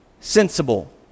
sensible